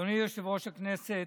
אדוני יושב-ראש הכנסת,